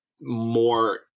more